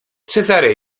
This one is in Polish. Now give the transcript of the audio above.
cezary